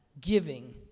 giving